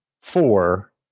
four